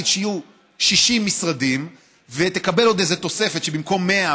שיהיו 60 משרדים ותקבל עוד איזו תוספת שבמקום 100,